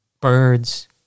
Birds